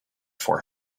for